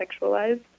sexualized